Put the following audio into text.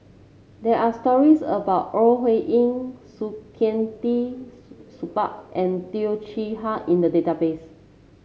there are stories about Ore Huiying Saktiandi Supaat and Teo Chee Hean in the database